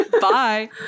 Bye